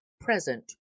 present